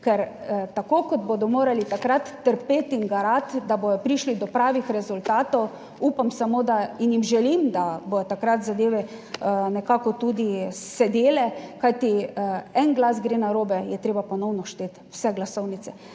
ker tako kot bodo morali takrat trpeti in garati, da bodo prišli do pravih rezultatov. Upam samo da in jim želim, da bodo takrat zadeve nekako tudi sedele, kajti en glas gre narobe, je treba ponovno šteti vse glasovnice.